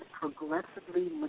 progressively